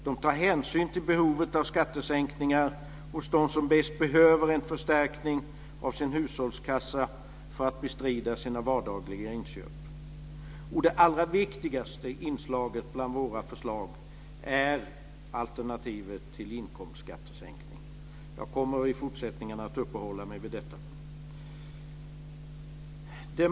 De tar hänsyn till behovet av skattesänkningar hos dem som bäst behöver en förstärkning av sin hushållskassa för att bestrida sina vardagliga inköp. Det allra viktigaste inslaget bland våra förslag är alternativet till inkomstskattesänkning. I fortsättningen kommer jag att uppehålla mig vid detta.